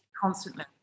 Constantly